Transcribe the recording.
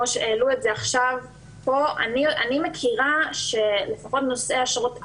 אני מכירה שלפחות נושאי אשרות א',